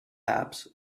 apps